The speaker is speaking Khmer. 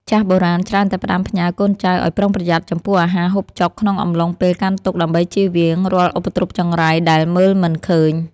ចាស់បុរាណច្រើនតែផ្ដាំផ្ញើកូនចៅឱ្យប្រុងប្រយ័ត្នចំពោះអាហារហូបចុកក្នុងអំឡុងពេលកាន់ទុក្ខដើម្បីចៀសវាងរាល់ឧបទ្រពចង្រៃដែលមើលមិនឃើញ។